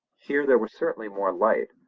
here there was certainly more light,